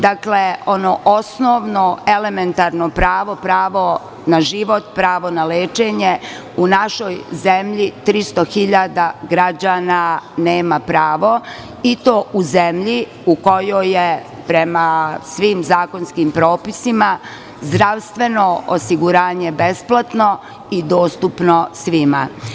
Dakle, ono osnovno elementarno pravo, pravo na život, pravo na lečenje, u našoj zemlji 300.000 građana nema pravo, i to u zemlji u kojoj je prema svim zakonskim propisima zdravstveno osiguranje besplatno i dostupno svima.